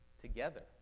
together